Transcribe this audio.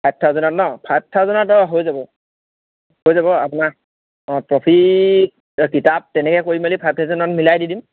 five থাউজেনত ন five থাউজেনত অঁ হৈ যাব হৈ যাব আপোনাক অঁ ট্ৰফি কিতাপ তেনেকে কৰিম মেলি ফাইভ থাউজেণ্ডত মিলাই দি দিম